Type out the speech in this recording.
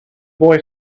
boy